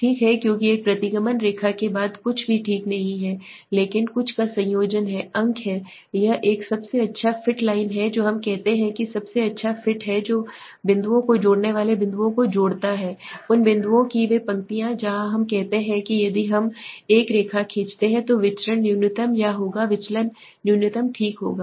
ठीक है क्योंकि एक प्रतिगमन रेखा के बाद कुछ भी नहीं है लेकिन कुछ का संयोजन है अंक सही है यह एक सबसे अच्छा फिट लाइन है जो हम कहते हैं कि सबसे अच्छा फिट है जो बिंदुओं को जोड़ने वाले बिंदुओं को जोड़ता हैउन बिंदुओं की वे पंक्तियाँ जहाँ हम कहते हैं कि यदि हम एक रेखा खींचते हैं तो विचरण न्यूनतम या होगा विचलन न्यूनतम ठीक होगा